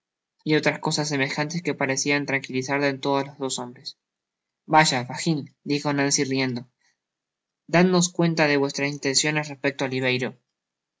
y otras cosas semejantes que parecieron tranquilizar del todo á los dos hombres vaya fagin dijo nancy riendo dadnos cuenta de vuestras intenciones respecto á oliverio